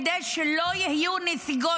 כדי שלא יהיו נסיגות.